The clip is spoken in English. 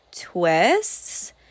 twists